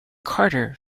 carter